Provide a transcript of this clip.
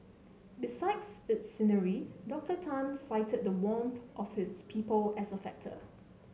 besides its scenery Doctor Tan cited the warmth of its people as a factor